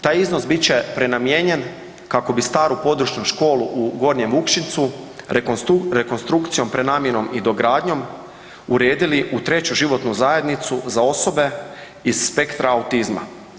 Taj iznos bit će prenamijenjen kako bi staru područnu školu u Gornjem Vukšincu rekonstrukcijom, prenamjenom i dogradnjom uredili u 3 životnu zajednicu za osobe iz spektra autizma.